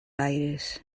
aires